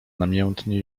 namiętnie